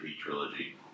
trilogy